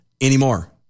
anymore